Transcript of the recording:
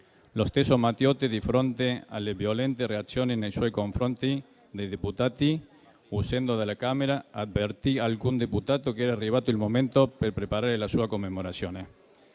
Lo stesso Matteotti, di fronte alle violente reazioni dei deputati nei suoi confronti, uscendo dalla Camera avvertì un deputato che era arrivato il momento di preparare la sua commemorazione.